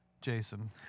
Jason